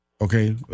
Okay